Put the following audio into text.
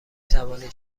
توانید